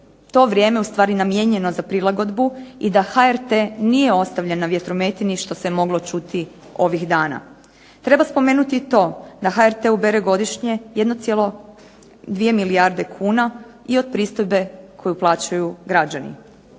to vrijeme ustvari namijenjeno za prilagodbu i da HRT nije ostavljen na vjetrometini što se moglo čuti ovih dana. Treba spomenuti i to da HRT ubere godišnje 1,2 milijarde kuna i od pristojbe koju plaćaju građani.